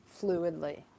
fluidly